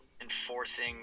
enforcing